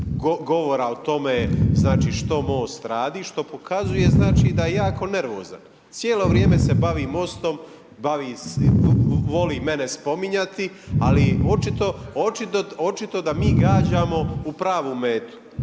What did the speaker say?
govora o tome što MOST, što pokazuje da je jako nervozan. Cijelo vrijeme se bavi MOST-om, voli mene spominjati očito da mi gađamo u pravu metu,